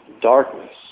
darkness